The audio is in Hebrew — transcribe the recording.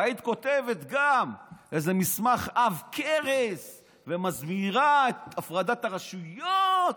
והיית כותבת גם איזה מסמך עב כרס ומסבירה את הפרדת הרשויות,